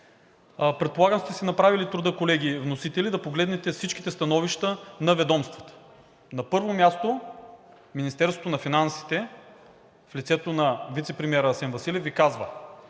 Предполагам сте си направили труда, колеги вносители, да погледнете всичките становища на ведомствата. На първо място, Министерството на финансите, в лицето на вицепремиера Асен Василев, Ви казва: